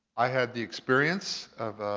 i had the experience of